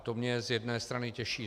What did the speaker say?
To mě z jedné strany těší.